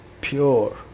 pure